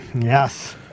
Yes